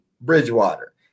Bridgewater